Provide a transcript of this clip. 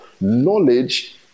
Knowledge